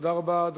תודה רבה.